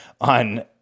on